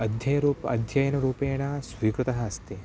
अध्ययनं रूपेण अध्ययनरूपेण स्वीकृतम् अस्ति